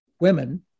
women